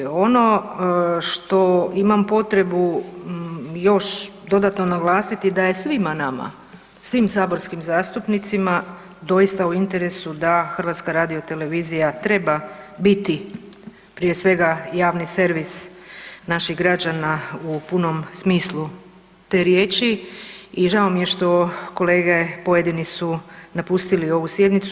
Ono što imam potrebu još dodatno naglasiti da je svima nama, svim saborskim zastupnicima doista u interesu da HRT treba biti prije svega javni servis naših građana u punom smislu te riječi i žao mi je što kolege pojedini su napustili ovu sjednicu.